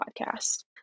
podcast